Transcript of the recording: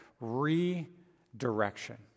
redirection